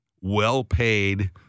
well-paid